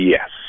Yes